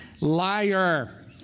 liar